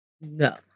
No